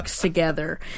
together